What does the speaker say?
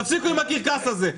תפסיקו עם הקרקס הזה.